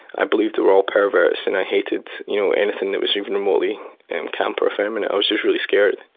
i believed they were all perverts and i hated you know anything that was even remotely and camp, or effeminate. i was really scared.